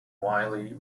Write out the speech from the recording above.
widely